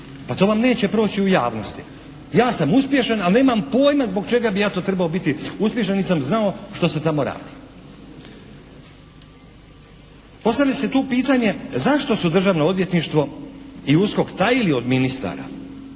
Pa to vam neće proći u javnosti. Ja sam uspješan ali nemam pojma zbog čega bi ja to trebao biti uspješan nit sam znao što se tamo radi. Postavlja se tu pitanje zašto su Državno odvjetništvo i USKOK tajili od ministara